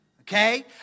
Okay